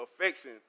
affection